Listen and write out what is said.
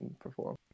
perform